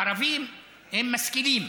הערבים הם משכילים.